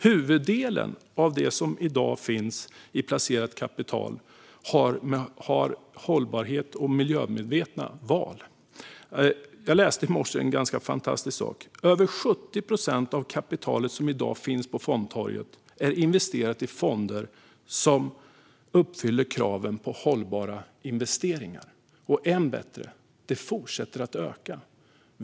Huvuddelen av det placerade kapitalet har i dag placerats på basis av hållbara och miljömedvetna val. Jag läste i morse en ganska fantastisk sak: Över 70 procent av det kapital som i dag finns på fondtorget är investerat i fonder som uppfyller kraven på hållbara investeringar. Och än bättre: Det fortsätter att öka.